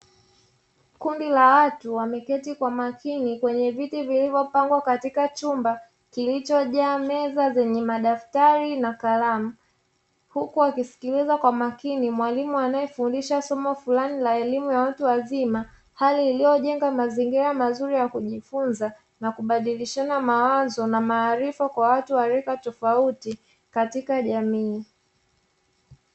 Kundi la watu wameketi kwa makini kwenye viti vilivyopangwa katika chumba kilichojaa meza zenye madaftari na kalamu, huku wakisikiliza kwa makini mwalimu anayefundisha somo fulani la elimu ya watu wazima, hali iliyojenga mazingira mazuri ya kujifunza na kubadilishana mawazo na maarifa kwa watu wa rika tofauti katika jamii.